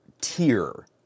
tier